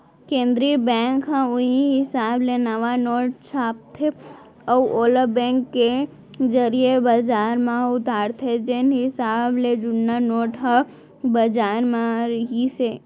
केंद्रीय बेंक ह उहीं हिसाब ले नवा नोट छापथे अउ ओला बेंक के जरिए बजार म उतारथे जेन हिसाब ले जुन्ना नोट ह बजार म रिहिस हे